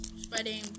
spreading